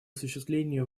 осуществлении